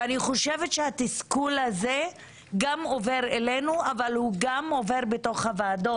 ואני חושבת שהתסכול הזה גם עובר אלינו אבל הוא גם עובר בתוך הוועדות.